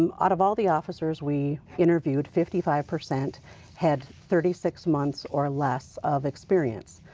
um out of all the officers we interviewed, fifty five percent had thirty six months or less of experience.